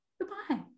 Goodbye